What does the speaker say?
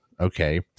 Okay